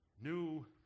new